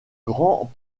grand